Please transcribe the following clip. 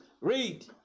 Read